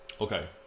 Okay